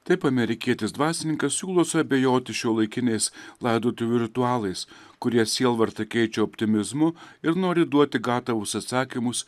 taip amerikietis dvasininkas siūlo suabejoti šiuolaikiniais laidotuvių ritualais kurie sielvartą keičia optimizmu ir nori duoti gatavus atsakymus